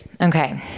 Okay